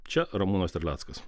čia ramūnas terleckas